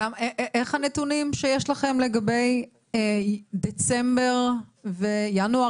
איך הנתונים שיש לכם לגבי דצמבר וינואר?